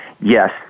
Yes